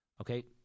okay